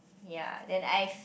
ya then I've